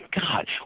god